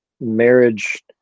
marriage